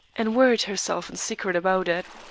and worried herself in secret about it.